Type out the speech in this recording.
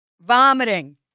vomiting